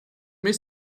med